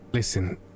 Listen